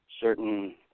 certain